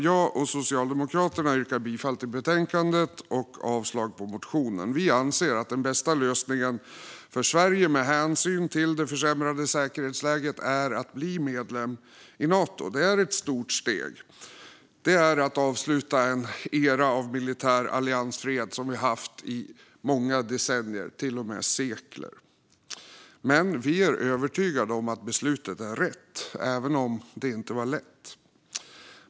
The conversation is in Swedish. Jag och Socialdemokraterna yrkar bifall till betänkandet och avslag på motionen. Vi anser att den bästa lösningen för Sverige med hänsyn till det försämrade säkerhetsläget är att bli medlem i Nato. Det är ett stort steg. Det är att avsluta en era av militär alliansfrihet som vi haft under många decennier, till och med sekler. Men vi är övertygade om att beslutet är rätt även om det inte var lätt.